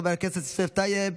חבר הכנסת יוסף טייב,